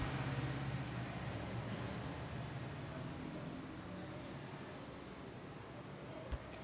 शेतीच्या पाण्यामध्ये कापणीयोग्य भागावर सिंचनासाठी वापरल्या जाणाऱ्या पाण्याचा समावेश होतो